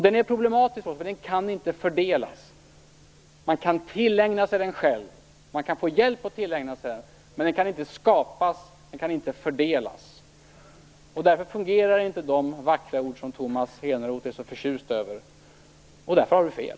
Den är problematisk, för den kan inte fördelas. Man kan tillägna sig den själv. Man kan få hjälp att tillägna sig den, men den kan inte skapas eller fördelas. Därför fungerar inte de vackra idéer som Tomas Eneroth är så förtjust i. Därför har han fel.